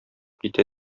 китә